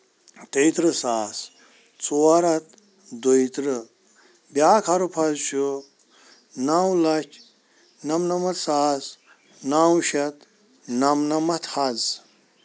تێیہِ ترٕٛہ ساس ژور ہَتھ دۄیہِ ترٕٛہ بیاکھ حرُف حظ چُھ نَو لَچھ نَمہٕ نَمَتھ ساس نَو شٮ۪تھ نَمہٕ نَمَتھ حظ